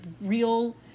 real